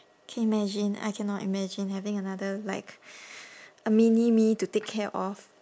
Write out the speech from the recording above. can you imagine I cannot imagine having another like a mini me to take care of